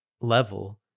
level